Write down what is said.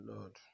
Lord